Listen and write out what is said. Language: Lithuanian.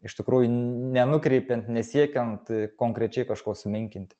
iš tikrųjų nenukreipiant nesiekiant konkrečiai kažko sumenkint